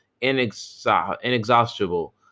inexhaustible